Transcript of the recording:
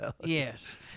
Yes